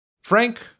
Frank